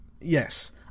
Yes